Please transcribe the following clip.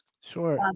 Sure